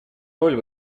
роль